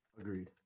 Agreed